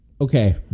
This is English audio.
Okay